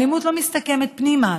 האלימות לא מסתכמת פנימה,